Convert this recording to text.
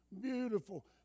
Beautiful